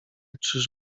czyż